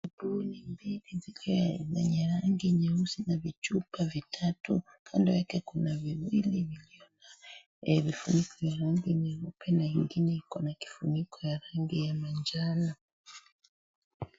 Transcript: Sabuni mbili vikiwa vyenye rangi nyeusi na vichupa vitatu kando yake kuna viwili vyenye vifuniko ya rangi nyeupe na kuna ingine ikona kifuniko ya rangi ya manjano.